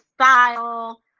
style